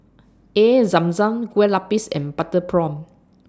Air Zam Zam Kueh Lupis and Butter Prawn